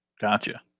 Gotcha